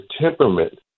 temperament